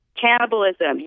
cannibalism